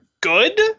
good